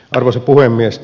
arvoisa puhemies